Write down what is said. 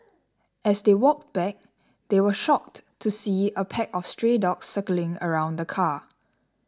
as they walked back they were shocked to see a pack of stray dogs circling around the car